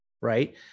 right